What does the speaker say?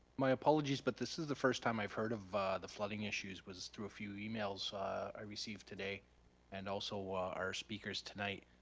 my apologies, but this is the first time i've heard of the flooding issues was through a few emails i i received today and also our speakers tonight.